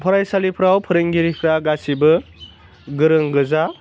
फरायसालिफ्राव फोरोंगिरिफोरा गासिबो गोरों गोजा